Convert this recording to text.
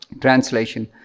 Translation